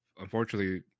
unfortunately